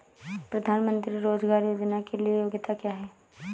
प्रधानमंत्री रोज़गार योजना के लिए योग्यता क्या है?